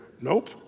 Nope